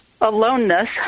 aloneness